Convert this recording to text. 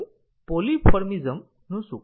હવે પોલીમોર્ફિઝમનું શું